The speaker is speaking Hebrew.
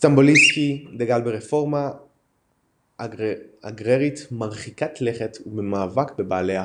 סטמבוליסקי דגל ברפורמה אגררית מרחיקת לכת ובמאבק בבעלי ההון.